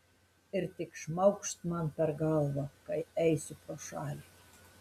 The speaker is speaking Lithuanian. ir tik šmaukšt man per galvą kai eisiu pro šalį